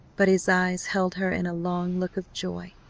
but his eyes held her in a long look of joy.